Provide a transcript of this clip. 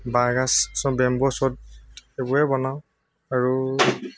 বাঁহগাজ bamboo shoot সেইবোৰে বনাওঁ আৰু